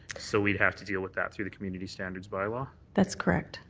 so we would have to deal with that through the community standards bylaw? that's correct.